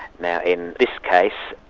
now in this case,